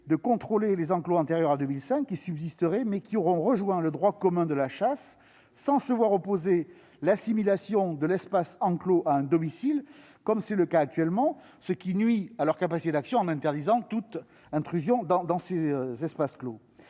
de contrôler les enclos antérieurs à 2005 qui subsisteraient, mais qui auront rejoint le droit commun de la chasse, sans se voir opposer l'assimilation de l'espace enclos à un domicile, comme c'est le cas actuellement, ce qui nuit à leur capacité d'action. Concrètement, de telles dispositions interdisent toute intrusion dans ces espaces clos.